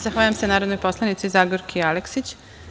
Zahvaljujem se narodnoj poslanici Zagorki Aleksić.